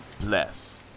bless